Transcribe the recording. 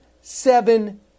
seven